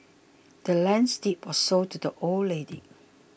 the land's deed was sold to the old lady